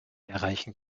erreichen